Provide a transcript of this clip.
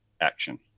action